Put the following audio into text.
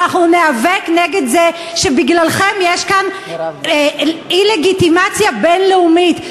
אבל אנחנו ניאבק נגד זה שבגללכם יש כאן אי-לגיטימציה בין-לאומית,